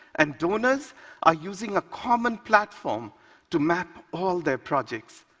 and donors are using a common platform to map all their projects.